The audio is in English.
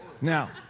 Now